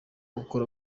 akora